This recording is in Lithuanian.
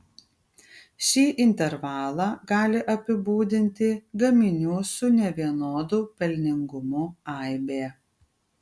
šį intervalą gali apibūdinti gaminių su nevienodu pelningumu aibė